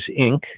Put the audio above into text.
Inc